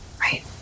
right